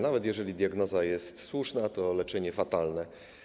Nawet, jeżeli diagnoza jest słuszna, to leczenie fatalne.